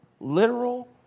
literal